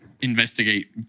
investigate